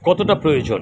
কতটা প্রয়োজন